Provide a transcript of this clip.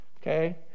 Okay